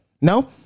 no